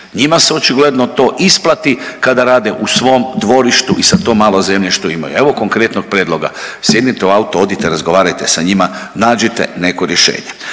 Njima se očigledno to isplati kada rade u svom dvorištu i sa to malo zemlje što imaju. Evo konkretnog prijedloga, sjednite u auto, odite razgovarajte sa njima, nađite neko rješenje.